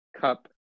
Cup